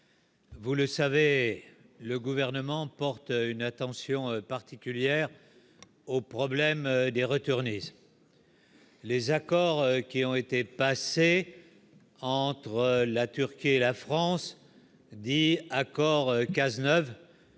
Vous le savez le gouvernement porte une attention particulière aux problèmes des retournés. Les accords qui ont été passés entre la Turquie et la France, dit accord